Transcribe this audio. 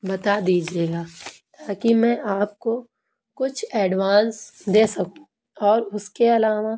بتا دیجیے گا تاکہ میں آپ کو کچھ ایڈوانس دے سکوں اور اس کے علاوہ